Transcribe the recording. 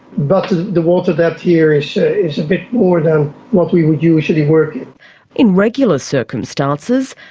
but the water depth here is is a bit more than what we would usually work in. in regular circumstances,